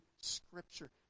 scripture